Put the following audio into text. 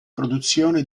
produzione